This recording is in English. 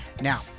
Now